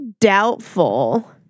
doubtful